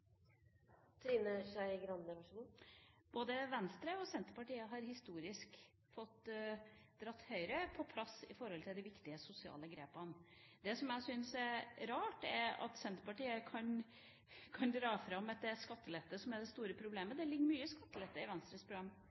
Både Venstre og Senterpartiet har historisk fått dratt Høyre på plass når det gjelder de viktige, sosiale grepene. Det jeg syns er rart, er at Senterpartiet kan dra fram at det er skattelette som er det store problemet. Det ligger mye skattelette i Venstres program.